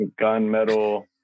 gunmetal